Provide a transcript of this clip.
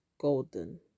golden